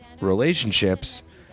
relationships